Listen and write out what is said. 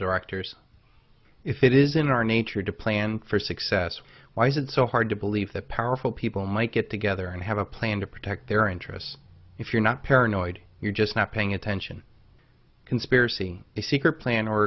directors if it is in our nature to plan for success why is it so hard to believe that powerful people might get together and have a plan to protect their interests if you're not paranoid you're just not paying attention conspiracy a secret plan or